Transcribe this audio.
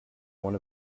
one